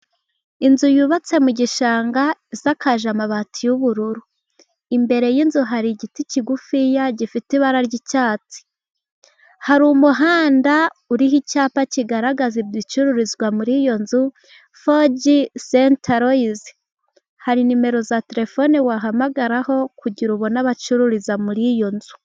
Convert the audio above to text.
Inzu yubatse mu gishanga isakaje amabati y'ubururu, imbere y'inzu hari igiti kigufi gifite ibara ry'icyatsi. Hari umuhanda uriho icyapa kigaragaza ibicururizwa muri iyo nzu fogi sentaroyizi. Hari nimero za telefone wahamagararaho, kugira ubona abacururiza muri iyo nzu.